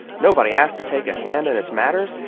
nobody asked to take a hand in its matters,